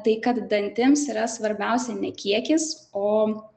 tai kad dantims yra svarbiausia ne kiekis o